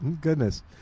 Goodness